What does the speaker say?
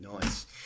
Nice